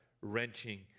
wrenching